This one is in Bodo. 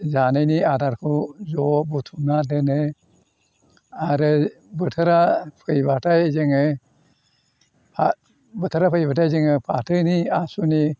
जानायनि आदारखौ ज' बुथुमना दोनो आरो बोथोरा फैबाथाय जोङो फा बोथोरा फैबाथाय जोङो फाथोनि आसुनि